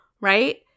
right